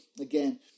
again